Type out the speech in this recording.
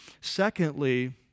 Secondly